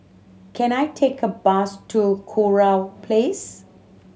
can I take a bus to Kurau Place